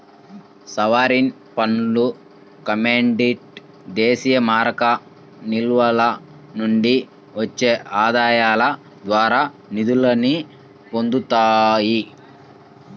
sovereign ఫండ్లు commodity విదేశీమారక నిల్వల నుండి వచ్చే ఆదాయాల ద్వారా నిధుల్ని పొందుతాయి